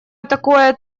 этакое